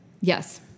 yes